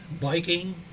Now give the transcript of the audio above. biking